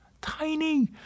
tiny